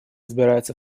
избирается